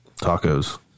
tacos